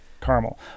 caramel